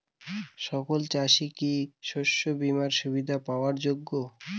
সকল চাষি কি শস্য বিমার সুবিধা পাওয়ার যোগ্য?